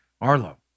Arlo